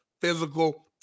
Physical